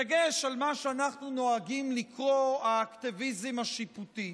בדגש על מה שאנחנו נוהגים לקרוא לו "האקטיביזם השיפוטי".